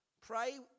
Pray